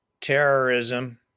terrorism